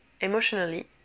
emotionally